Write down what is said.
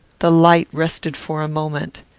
the light rested for a moment.